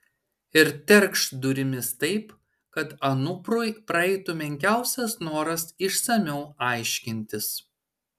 ir terkšt durimis taip kad anuprui praeitų menkiausias noras išsamiau aiškintis